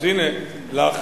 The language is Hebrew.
אז הנה לך